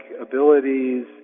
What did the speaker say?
abilities